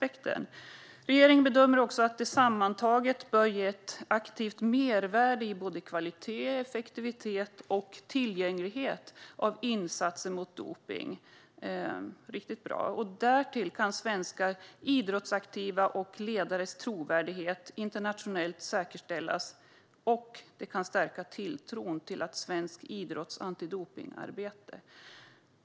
Det är riktigt bra att "regeringen bedömer att det sammantaget bör ge ett aktivt mervärde i kvalitet, effektivitet och tillgänglighet av insatser mot dopning". Ministern säger också: "Därtill kan svenska idrottsaktivas och ledares trovärdighet säkerställas internationellt" och att det kan stärka tilltron till svensk idrotts antidopningsarbete.